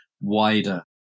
wider